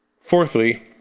Fourthly